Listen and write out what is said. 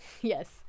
Yes